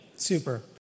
Super